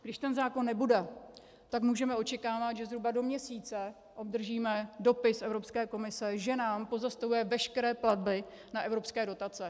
Když ten zákon nebude, tak můžeme očekávat, že zhruba do měsíce obdržíme dopis Evropské komise, že nám pozastavuje veškeré platby na evropské dotace.